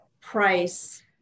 price